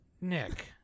Nick